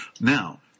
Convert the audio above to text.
Now